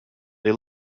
they